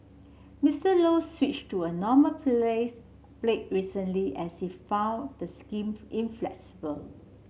Mister Low switched to a normal place recently as he found the inflexible